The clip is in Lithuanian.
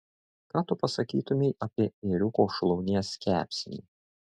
ką tu pasakytumei apie ėriuko šlaunies kepsnį